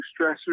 stressors